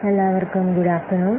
എല്ലാവര്ക്കും good afternoon